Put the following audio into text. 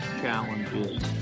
challenges